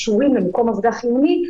אישורים למקום עבודה חיוני,